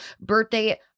birthday